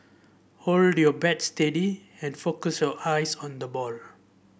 hold your bat steady and focus your eyes on the ball